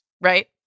Right